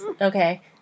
Okay